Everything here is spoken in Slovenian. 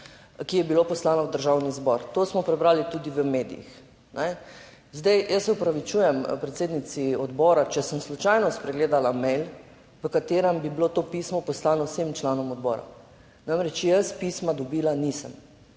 ki je bilo poslano v Državni zbor. To smo prebrali tudi v medijih. Zdaj, jaz se opravičujem predsednici odbora, če sem slučajno spregledala e-mail, v katerem bi bilo to pismo poslano vsem članom odbora. Namreč jaz pisma dobila nisem